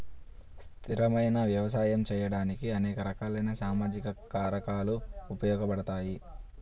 స్థిరమైన వ్యవసాయం చేయడానికి అనేక రకాలైన సామాజిక కారకాలు ఉపయోగపడతాయి